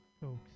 folks